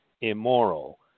immoral